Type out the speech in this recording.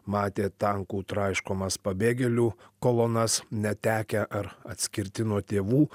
matė tankų traiškomas pabėgėlių kolonas netekę ar atskirti nuo tėvų